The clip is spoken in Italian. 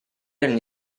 ogni